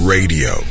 Radio